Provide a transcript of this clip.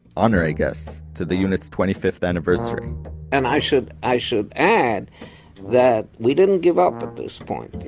honor, i guess, to the unit's twenty fifth anniversary and i should i should add that we didn't give up at this point.